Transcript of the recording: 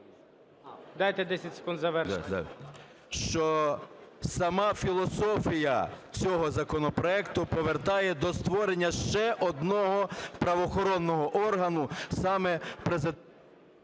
Дайте 10 секунд завершити. ЦИМБАЛЮК М.М. Що сама філософія всього законопроекту повертає до створення ще одного правоохоронного органу, саме… ГОЛОВУЮЧИЙ.